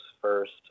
first